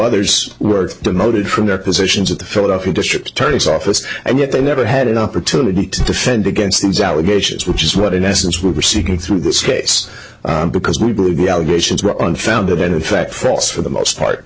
others were demoted from their positions at the philadelphia district attorney's office and yet they never had an opportunity to defend against these allegations which is what in essence were seeking through this case because we believe the allegations were on found a bit of fact false for the most part